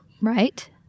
right